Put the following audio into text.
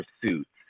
pursuits